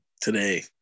today